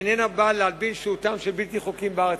איננה באה להלבין שהותם של בלתי חוקיים בארץ.